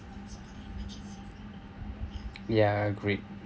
ya agreed